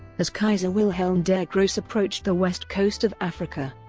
as kaiser wilhelm der grosse approached the west coast of africa,